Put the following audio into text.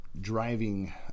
Driving